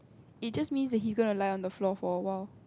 it just means that he is gonna lie on the floor for a while